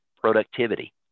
Productivity